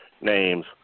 names